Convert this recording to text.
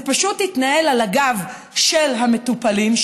זה פשוט התנהל על הגב של המטופלים,